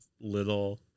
little